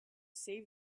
save